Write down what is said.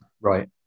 Right